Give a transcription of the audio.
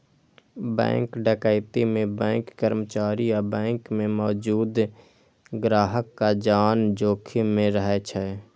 bank डकैती मे bank कर्मचारी आ बैंक मे मौजूद ग्राहकक जान जोखिम मे रहै छै